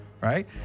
right